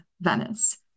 Venice